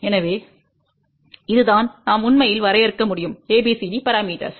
எனவே இதுதான் நாம் உண்மையில் வரையறுக்க முடியும் ABCD பரமீட்டர்ஸ்